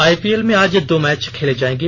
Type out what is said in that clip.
IPL में आज दो मैच खेले जाएंगे